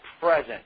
present